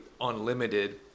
unlimited